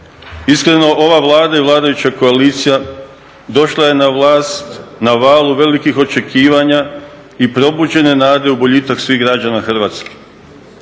Iskreno ova Vlada i vladajuća koalicija došla je na vlast na valu velikih očekivanja i probuđene nade u boljitak svih građana Hrvatske.